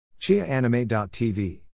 ChiaAnime.tv